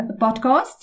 podcasts